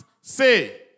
say